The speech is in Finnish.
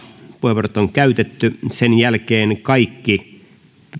puheenvuorot on käytetty sen jälkeen kaikki